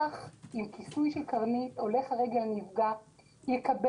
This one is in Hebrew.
כך עם כיסוי של קרנית הולך רגל נפגע יקבל